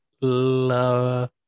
Love